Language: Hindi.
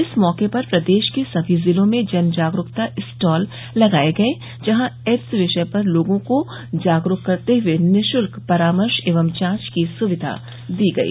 इस मौके पर प्रदेश के सभी जिलों में जन जागरूकता स्टाल लगाये गये जहां एड्स विषय पर लोगों को जागरूक करते हुए निशुल्क परामर्श एवं जांच की सुविधा दी गई